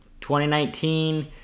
2019